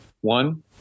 One